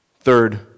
Third